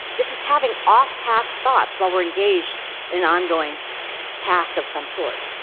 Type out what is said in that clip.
this is having off-task thoughts while we're engaged in an ongoing task of some sort.